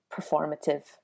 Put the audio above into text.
performative